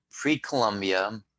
pre-Columbia